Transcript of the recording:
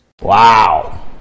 Wow